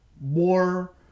war